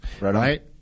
Right